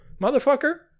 motherfucker